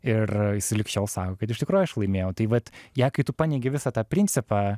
ir lig šiol sako kad iš tikrųjų aš laimėjau tai vat ją kai tu paneigi visą tą principą